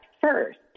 first